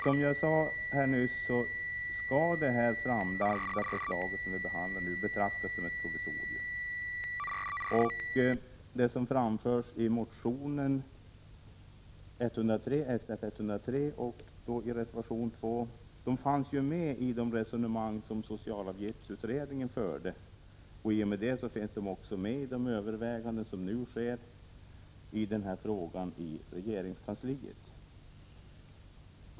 Som jag sade nyss skall det framlagda förslaget som vi nu behandlar betraktas som ett provisorium. Det som framförs i motion Sf103 och i reservation 2 fanns med i de resonemang som socialavgiftsutredningen förde. I och med detta finns det också med i de överväganden som nu sker i denna fråga i regeringskansliet.